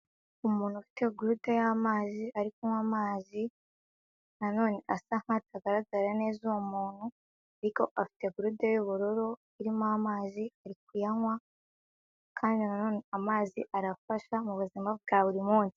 Umuntu ufite gurude y'amazi ari kunywa amazi nanone asa nkaho atagaragara neza uwo muntu, ariko afite gurude y'ubururu irimo amazi ari kuyanywa, kandi nanone amazi arafasha mu buzima bwa buri munsi.